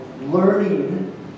learning